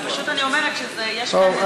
אבל פשוט אני אומרת שיש כאן איזה,